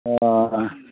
अ